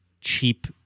cheap